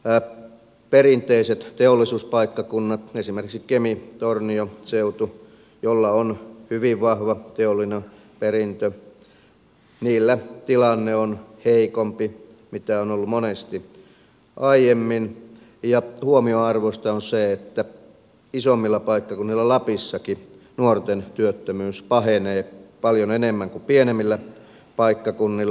mutta sitten perinteisillä teollisuuspaikkakunnilla esimerkiksi kemitornio seudulla jolla on hyvin vahva teollinen perintö tilanne on heikompi kuin on ollut monesti aiemmin ja huomionarvoista on se että isommilla paikkakunnilla lapissakin nuorten työttömyys pahenee paljon enemmän kuin pienemmillä paikkakunnilla